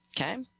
Okay